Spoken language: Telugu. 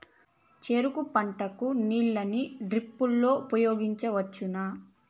చెరుకు పంట కు నీళ్ళని డ్రిప్ లో ఉపయోగించువచ్చునా?